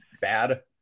bad